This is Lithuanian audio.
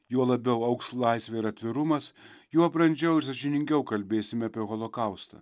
juo labiau augs laisvė ir atvirumas juo brandžiau ir sąžiningiau kalbėsime apie holokaustą